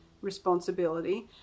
responsibility